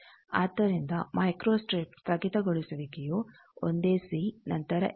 ಆದ್ದರಿಂದ ಮೈಕ್ರೋಸ್ಟ್ರಿಪ್ ಸ್ಥಗಿತಗೊಳಿಸುವಿಕೆಯು ಒಂದೇ ಸಿ ನಂತರ ಎಲ್ ಸಿ